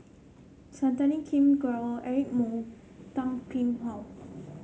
Santokh King Grewal Eric Moo Toh Kim Hwa